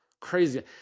crazy